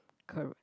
correct